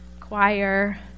choir